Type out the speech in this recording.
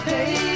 Hey